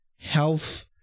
health